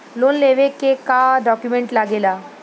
Loan लेवे के का डॉक्यूमेंट लागेला?